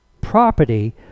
property